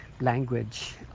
language